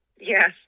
Yes